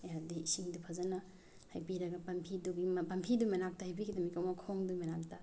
ꯍꯥꯏꯕꯗꯤ ꯏꯁꯤꯡꯗꯨ ꯐꯖꯅ ꯍꯩꯕꯤꯔꯒ ꯄꯥꯝꯕꯤꯗꯨꯒꯤ ꯄꯥꯝꯕꯤꯗꯨ ꯃꯅꯥꯛꯇ ꯍꯩꯕꯤꯒꯗꯕꯅꯤꯀꯣ ꯃꯈꯣꯡꯗꯨꯒꯤ ꯃꯅꯥꯛꯇ